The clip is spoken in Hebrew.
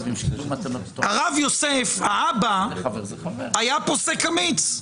הרב יוסף, האב, היה פוסק אמיץ.